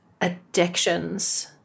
addictions